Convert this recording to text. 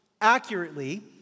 accurately